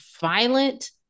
violent